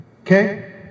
Okay